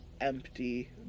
Empty